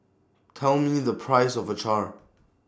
Tell Me The Price of Acar